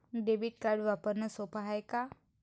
Debit card वापरणं सोप हाय का?